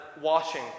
washing